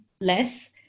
less